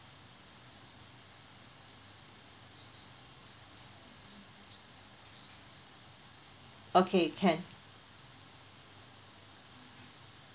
okay can